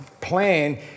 plan